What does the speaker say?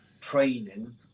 training